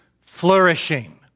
flourishing